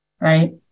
right